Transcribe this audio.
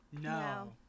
No